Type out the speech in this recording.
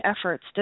efforts